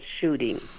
shooting